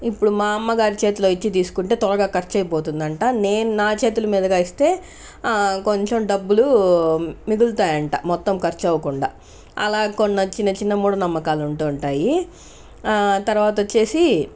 ఇప్పుడు మా అమ్మగారి చేతిలో ఇచ్చి తీసుకుంటే త్వరగా ఖర్చు అయిపోతుందంట నేను నా చేతుల మీదగా ఇస్తే కొంచెం డబ్బులు మిగులుతాయంట మొత్తం ఖర్చ అవ్వకుండా అలాగ కొన్ని చిన్న చిన్న మూఢనమ్మకాలు ఉంటూ ఉంటాయి తర్వాత వచ్చేసి